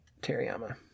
Teriyama